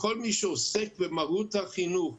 וכל מי שעוסק במהות החינוך.